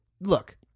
look